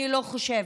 אני לא חושבת.